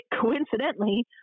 coincidentally